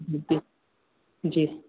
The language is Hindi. जी जी